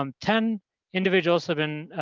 um ten individuals have been